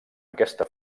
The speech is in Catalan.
aquesta